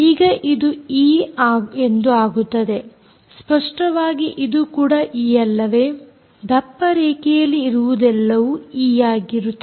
ಈಗ ಇದು ಈ ಎಂದು ಆಗುತ್ತದೆ ಸ್ಪಷ್ಟವಾಗಿ ಇದು ಕೂಡ ಈ ಅಲ್ಲವೇ ದಪ್ಪರೇಖೆಯಲ್ಲಿ ಇರುವುದೆಲ್ಲವೂ ಈ ಆಗಿರುತ್ತದೆ